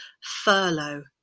furlough